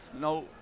no